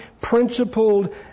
principled